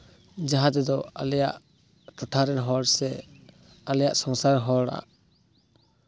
ᱡᱟᱦᱟᱸ ᱛᱮᱫᱚ ᱟᱞᱮᱭᱟᱜ ᱴᱚᱴᱷᱟᱨᱮᱱ ᱦᱚᱲ ᱥᱮ ᱟᱞᱮᱭᱟᱜ ᱥᱚᱝᱥᱟᱨ ᱨᱮ ᱦᱚᱲᱟᱜ